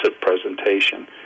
presentation